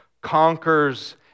conquers